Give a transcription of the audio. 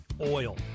oil